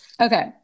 okay